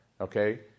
Okay